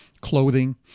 Clothing